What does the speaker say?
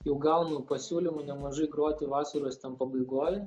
jau gaunu pasiūlymų nemažai groti vasaros pabaigoj